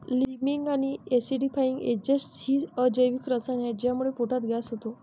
liming आणि acidifying agents ही अजैविक रसायने आहेत ज्यामुळे पोटात गॅस होतो